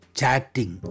chatting